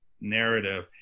narrative